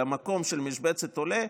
על המקום של משבצת העולה,